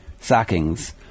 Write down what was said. sackings